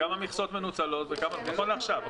כמה מכסות מנוצלות נכון לעכשיו?